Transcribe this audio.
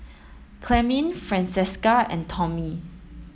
Clemmie Francesca and Tommie